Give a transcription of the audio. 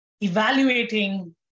Evaluating